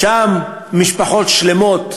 שם משפחות שלמות